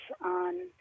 on